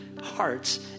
hearts